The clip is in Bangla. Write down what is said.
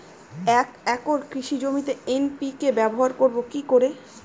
এক একর কৃষি জমিতে এন.পি.কে ব্যবহার করব কি করে?